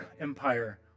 Empire